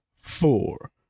four